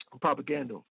propaganda